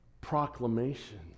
proclamation